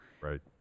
Right